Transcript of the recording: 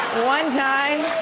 one time.